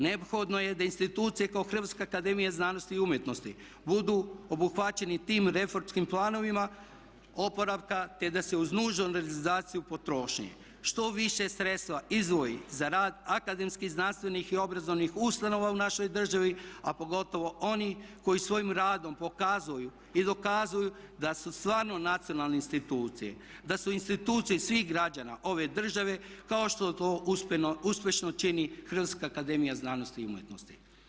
Neophodno je da institucije kao Hrvatska akademija znanosti i umjetnosti budu obuhvaćeni tim reformskim planovima oporavka, te da se uz nužnu reorganizaciju potrošnje što više sredstva izdvoji za rad akademskih, znanstvenih i obrazovnih ustanova u našoj državi, a pogotovo oni koji svojim radom pokazuju i dokazuju da su stvarno nacionalne institucije, da su institucije svih građana ove države kao što to uspješno čini Hrvatska akademija znanosti i umjetnosti.